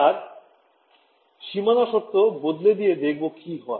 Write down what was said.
এবার সীমানা শর্ত বদলে দিয়ে দেখব কি হয়